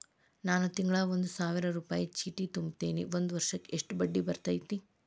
ನಾನು ತಿಂಗಳಾ ಒಂದು ಸಾವಿರ ರೂಪಾಯಿ ಚೇಟಿ ತುಂಬತೇನಿ ಒಂದ್ ವರ್ಷಕ್ ಎಷ್ಟ ಬಡ್ಡಿ ಬರತೈತಿ?